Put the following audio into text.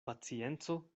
pacienco